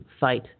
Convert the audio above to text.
fight